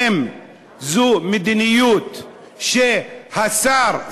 האם זו מדיניות שהשר,